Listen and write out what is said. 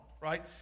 right